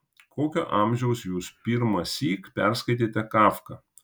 kokio amžiaus jūs pirmąsyk perskaitėte kafką